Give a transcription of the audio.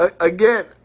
again